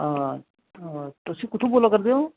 आं तुस कुत्थुूं बोल्ला करदे ओ